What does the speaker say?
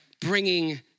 bringing